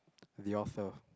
the author